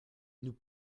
nous